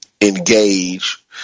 engage